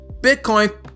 Bitcoin